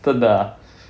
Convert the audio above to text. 真的 ah